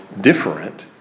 different